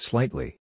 Slightly